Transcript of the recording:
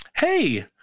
Hey